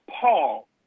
Paul